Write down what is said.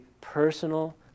personal